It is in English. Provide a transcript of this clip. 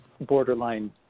borderline